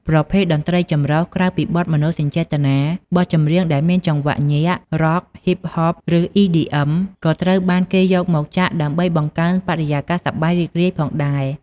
ប្រភេទតន្ត្រីចម្រុះ ក្រៅពីបទមនោសញ្ចេតនា បទចម្រៀងដែលមានចង្វាក់ញាក់ រ៉ក់ ហ៊ីបហប ឬ អ៊ីឌីអឹម ក៏ត្រូវបានគេយកមកចាក់ដើម្បីបង្កើតបរិយាកាសសប្បាយរីករាយផងដែរ។